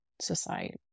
society